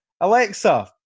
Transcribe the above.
Alexa